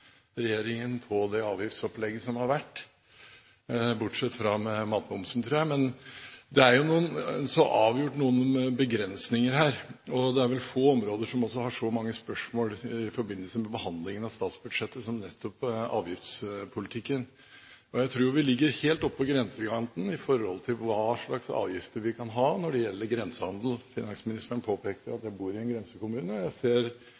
regjeringen på det avgiftsopplegget som har vært, bortsett fra når det gjelder matmomsen, tror jeg. Det er så avgjort noen begrensninger. Det er vel få områder det er så mange spørsmål i forbindelse med behandlingen av statsbudsjettet, som nettopp i avgiftspolitikken. Jeg tror vi ligger helt på grensen når det gjelder hva slags avgifter vi kan ha med hensyn til grensehandelen. Finansministeren påpekte at jeg bor i en grensekommune. Jeg ser